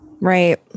Right